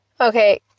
Okay